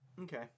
Okay